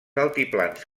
altiplans